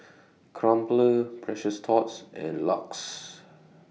Crumpler Precious Thots and LUX